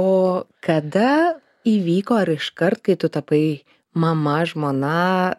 o kada įvyko ar iškart kai tu tapai mama žmona